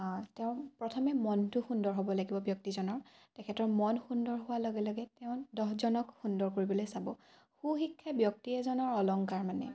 তেওঁ প্ৰথমে মনটো সুন্দৰ হ'ব লাগিব ব্যক্তিজনৰ তেখেতৰ মন সুন্দৰ হোৱাৰ লগে লগে তেওঁ দহজনক সুন্দৰ কৰিবলৈ চাব সুশিক্ষা ব্যক্তি এজনৰ অলংকাৰ মানে